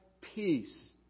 peace